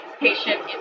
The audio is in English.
patient